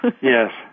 Yes